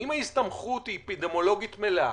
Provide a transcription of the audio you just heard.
אם ההסתמכות היא אפידמיולוגית מלאה,